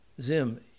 Zim